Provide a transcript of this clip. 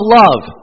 love